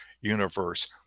Universe